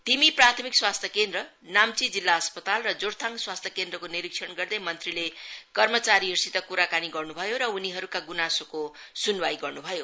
तिमी प्राथमिक स्वास्थ्य केन्द्र नाम्ची जिल्ला अस्पताल र जोरथाङ स्वास्थ्य केन्द्रको निरीक्षण गर्दै मंत्रीले कर्मचारीहरूसित कुराकानी गर्नु भयो र उनीहरूका गुणासोको सुनवाई गर्न् भयो